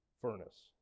furnace